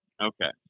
Okay